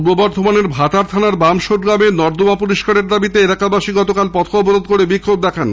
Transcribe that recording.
পূর্ব বর্ধমানের ভাতার থানার বামশোর গ্রামে নর্দমা সংস্কারের দাবিতে এলাকাবাসীরা গতকাল পথ অবরোধ করে বিক্ষোভ দেখান